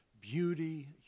beauty